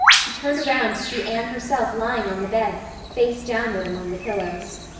she turned around to see anne herself lying on the bed, face downward among the pillows.